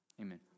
Amen